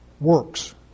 works